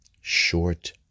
short